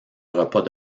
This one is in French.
repas